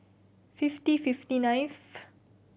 fifty fifty ninth